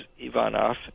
Ivanov